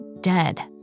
dead